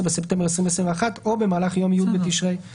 בספטמבר 2021) או במהלך יום י' בתשרי התשפ"ב (16 בספטמבר 2021)"; בסדר.